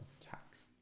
tax